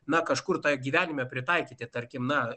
na kažkur tai gyvenime pritaikyti tarkim na